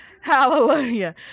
Hallelujah